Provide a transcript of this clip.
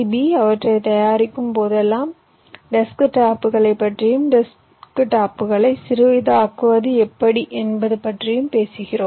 B களும் அவற்றைத் தயாரிக்கும் போதெல்லாம் டெஸ்க்டாப்புகளைப் பற்றியும் டெஸ்க்டாப்புகளை சிறியதாக்குவது எப்படி என்பது பற்றியும் பேசுகிறோம்